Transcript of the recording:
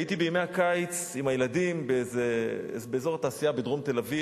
הייתי בימי הקיץ עם הילדים באזור התעשייה בדרום תל-אביב,